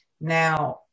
Now